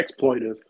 exploitive